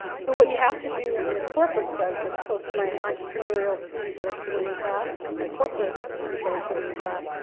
so what you have to do in a corporate sense, as opposed to my entrepreneurial students that are sitting in class, my corporate students that are sitting in class,